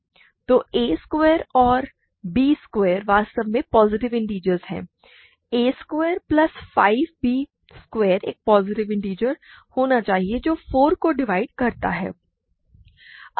तो a square और b square वास्तव में पॉजिटिव इंटिजर्स हैं a square plus 5 b square एक पॉजिटिव इंटिजर होना चाहिए जो 4 को डिवाइड करता है